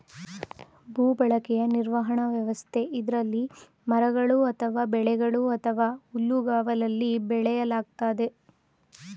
ಭೂಬಳಕೆ ನಿರ್ವಹಣಾ ವ್ಯವಸ್ಥೆ ಇದ್ರಲ್ಲಿ ಮರಗಳು ಅಥವಾ ಬೆಳೆಗಳು ಅಥವಾ ಹುಲ್ಲುಗಾವಲಲ್ಲಿ ಬೆಳೆಯಲಾಗ್ತದೆ